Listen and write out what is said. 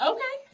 Okay